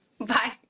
Bye